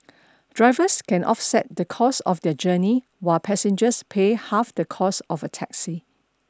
drivers can offset the cost of their journey while passengers pay half the cost of a taxi